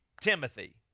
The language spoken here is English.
Timothy